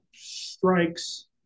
strikes